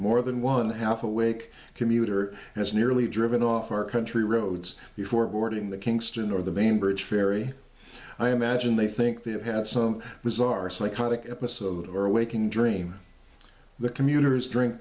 more than one half awake commuter and it's nearly driven off our country roads before boarding the kingston or the bainbridge ferry i imagine they think they have had some bizarre psychotic episode or a waking dream the commuters drink